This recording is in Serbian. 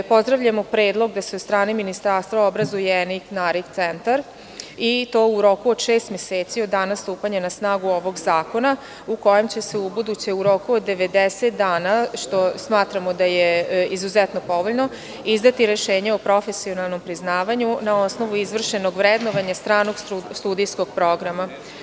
Pozdravljamo predlog da se od strane ministarstva obrazuje ENIC/NARIC centar i to u roku od šest meseci od dana stupanja na snagu ovog zakona, u kojem će se u buduće u roku od 90 dana, što smatramo da je izuzetno povoljno, izdati rešenje o profesionalnom priznavanju na osnovu izvršenog vrednovanja stranog studijskog programa.